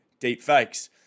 deepfakes